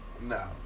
No